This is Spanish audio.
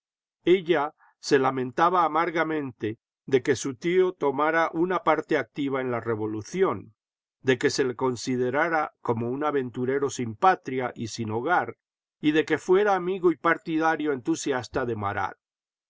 ella se lamentaba amargamente de que su tío tomara una parte activa en la revolución de que se le considerara como un aventurero sin patria y sin hogar y de que fuera amigo y partidario entusiasta de